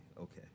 okay